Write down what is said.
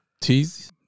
tease